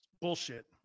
Bullshit